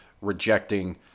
rejecting